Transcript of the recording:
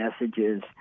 messages